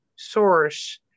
source